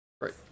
Right